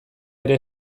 ere